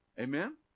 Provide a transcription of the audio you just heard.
Amen